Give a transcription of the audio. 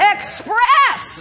Express